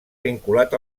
vinculat